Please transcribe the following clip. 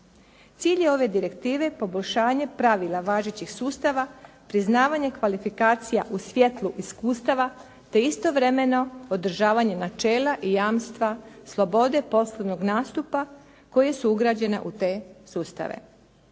Cilj je ove direktive poboljšanje pravila važećih sustava, priznavanje kvalifikacija u svjetlu iskustava, te istovremeno održavanje načela i jamstva slobode poslovnog nastupa koje su ugrađene u te sustave.